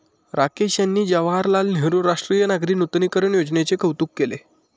राकेश यांनी जवाहरलाल नेहरू राष्ट्रीय नागरी नूतनीकरण योजनेचे कौतुक केले